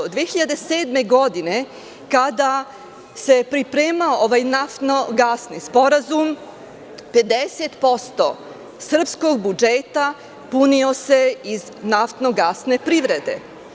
Godine 2007. kada se pripremao ovaj naftnogasni sporazum 50% srpskog budžeta punio se iz naftnogasne privrede.